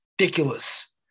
ridiculous